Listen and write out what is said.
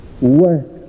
work